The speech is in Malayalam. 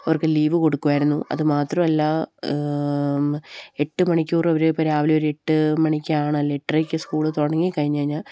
അവർക്ക് ലീവ് കൊടുക്കുമായിരുന്നു അത് മാത്രമല്ല എട്ട് മണിക്കൂര് അവര് ഇപ്പോള് രാവിലെയൊരു എട്ട് മണിക്കാണ് അല്ലെങ്കില് എട്ടരയ്ക്ക് സ്കൂള് തുടങ്ങിക്കഴിഞ്ഞാല്